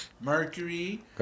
Mercury